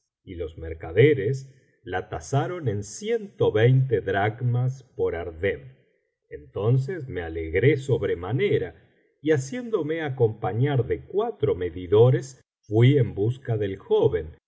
y los mercaderes la tasaron en ciento veinte dracmas por ardeb entonces me alegró sobremanera y haciéndome acompañar de cuatro medidores fui en busca del joven